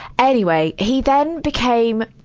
anyway, he then became